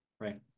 Right